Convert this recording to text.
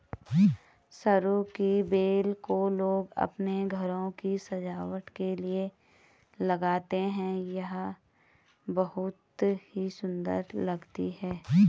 सरू की बेल को लोग अपने घरों की सजावट के लिए लगाते हैं यह बहुत ही सुंदर लगती है